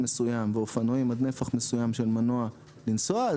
מסוים ואופנועים עד נפח מסוים של מנוע לנסוע,